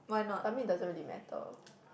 I mean doesn't really matter